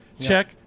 check